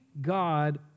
God